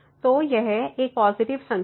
तो यह एक पॉजिटिव संख्या है